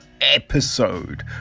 episode